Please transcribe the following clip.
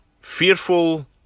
fearful